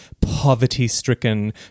poverty-stricken